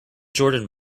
jordan